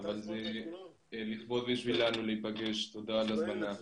אבל זה כבוד בשבילנו להיפגש, תודה על ההזמנה.